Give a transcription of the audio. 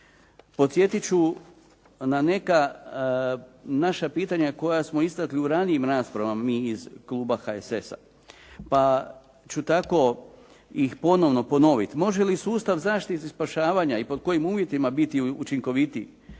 Podsjetit ću na neka naša pitanja koja smo istakli u ranijim raspravama mi iz kluba HSS-a pa ću tako ih ponovo ponoviti. Može li sustav zaštite, spašavanja i pod kojim uvjetima biti učinkovitiji?